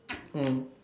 mm